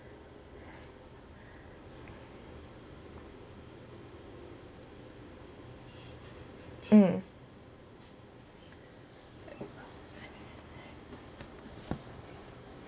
mm